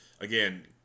Again